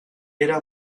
era